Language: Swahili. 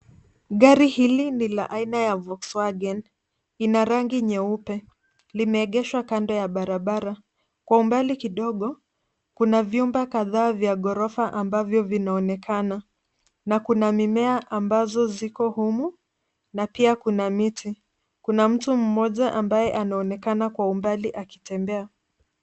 Gari hili ni la aina ya Volkswagen. Ina rangi nyeupe. Limeegeshwa kando ya barabara. Kwa umbali kidogo, kuna vyumba vya ghorofa ambavyo vinaonekana na kuna mimea ambazo ziko humu na pia kuna miti. Kuna mtu mmoja ambaye anaonekana kwa umbali akitembea.